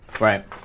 Right